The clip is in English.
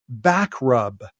Backrub